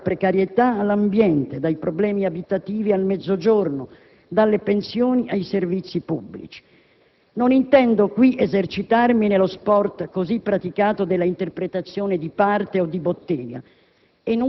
dalla precarietà all'ambiente, dai problemi abitativi al Mezzogiorno, dalle pensioni ai servizi pubblici. Non intendo qui esercitarmi nello sport, così praticato, della interpretazione di parte o di «bottega»,